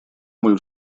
мой